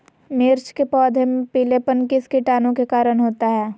मिर्च के पौधे में पिलेपन किस कीटाणु के कारण होता है?